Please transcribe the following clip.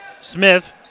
Smith